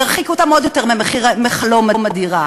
ירחיקו אותם עוד יותר מחלום הדירה.